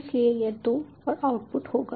इसलिए यह 2 और आउटपुट होगा